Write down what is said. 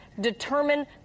determine